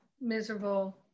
miserable